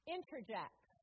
Interject